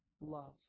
love